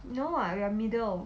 no [what] we are middle